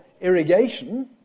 irrigation